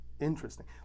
interesting